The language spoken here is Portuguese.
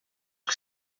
que